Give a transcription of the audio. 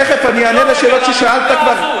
תכף אני אענה על שאלות ששאלת כבר,